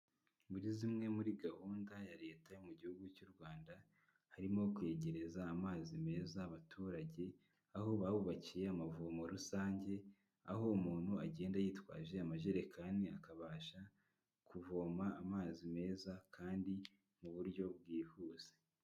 Muri zimwe muri gahunda ya leta yo mu gihugu cy'u Rwanda harimo kweyegereza amazi meza abaturage, aho bahubakiye amavomo rusange aho umuntu agenda yitwaje amajerekani akabasha kuvoma amazi meza kandi mu buryo bwihuse.